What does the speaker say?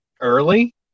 early